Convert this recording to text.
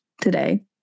today